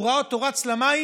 הוא ראה אותו רץ למים,